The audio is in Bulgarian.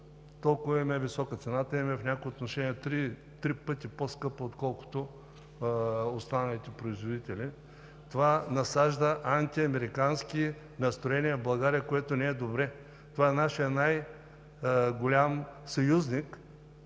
Толкова им е висока – цената им е в някои отношения три пъти по-скъпа, отколкото на останалите производители. Това насажда антиамерикански настроения в България, което не е добре. Това е нашият най-голям съюзник